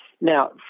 now